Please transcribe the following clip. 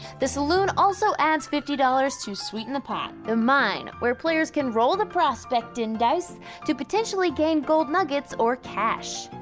the saloon also adds fifty dollars to sweeten the pot. the mine, where players can roll the prospectin' dice to potentially gain gold nuggets or cash.